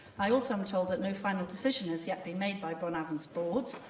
i also am told that no final decision has yet been made by bron afon's board,